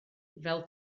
fel